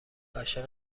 عاشق